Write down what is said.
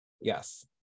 Yes